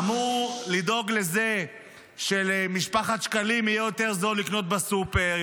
אמור לדאוג לזה שלמשפחת שקלים יהיה יותר זול לקנות בסופר,